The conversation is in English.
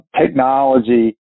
technology